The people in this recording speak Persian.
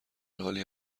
حالی